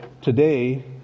today